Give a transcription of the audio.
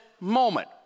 moment